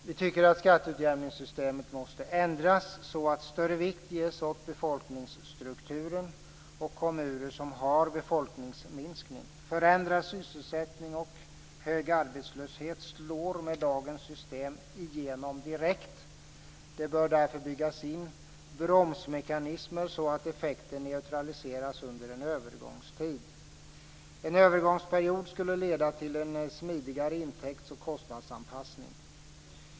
Vi tycker att skatteutjämningssystemet måste ändras så att större vikt ges åt befolkningsstrukturen och kommuner som har befolkningsminskning. Förändrad sysselsättning och hög arbetslöshet slår med dagens system igenom direkt. Det bör därför byggas in bromsmekanismer så att effekten neutraliseras under en övergångstid. En övergångsperiod skulle leda till en smidigare intäkts och kostnadsanpassning.